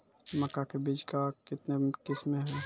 मक्का के बीज का कितने किसमें हैं?